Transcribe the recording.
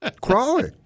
Crawling